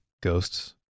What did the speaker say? Ghosts